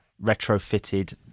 retrofitted